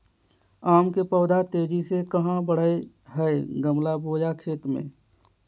आम के पौधा तेजी से कहा बढ़य हैय गमला बोया खेत मे?